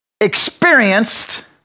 experienced